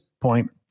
point